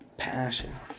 passion